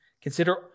Consider